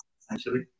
essentially